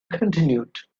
continued